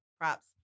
props